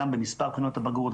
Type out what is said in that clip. גם במספר בחינות הבגרות,